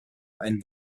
ein